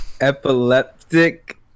epileptic